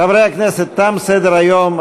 חברי הכנסת, תם סדר-היום.